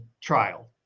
trial